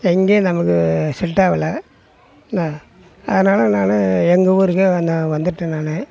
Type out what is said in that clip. எங்கேயும் நமக்கு செட் ஆகல என்ன அதனால் நானும் எங்கள் ஊருக்கே நான் வந்துட்டேன் நானும்